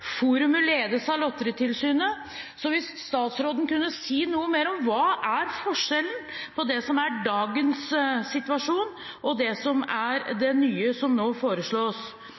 av Lotteritilsynet, så hvis statsråden kunne si noe mer om hva som er forskjellen på det som er dagens situasjon, og det som er det nye som nå foreslås.